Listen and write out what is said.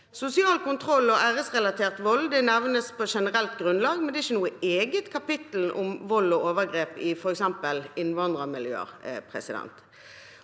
Sosial kontroll og æresrelatert vold nevnes på generelt grunnlag, men det er ikke noe eget kapittel om vold og overgrep i f.eks. innvandrermiljøer. Det